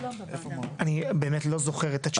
אני באמת לא זוכר את התשובה.